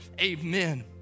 amen